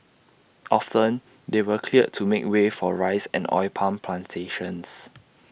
often they were cleared to make way for rice and oil palm Plantations